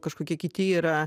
kažkokie kiti yra